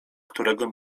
którego